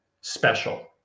special